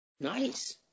Nice